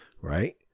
right